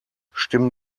stimmen